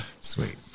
Sweet